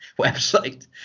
website